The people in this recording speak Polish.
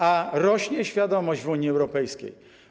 A rośnie świadomość w Unii Europejskiej.